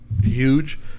huge